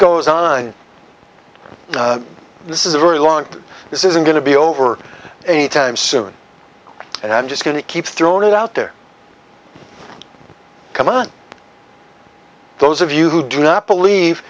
goes on this is a very long this isn't going to be over a time soon and i'm just going to keep throwing it out there come on those of you who do not believe